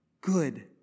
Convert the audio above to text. good